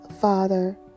Father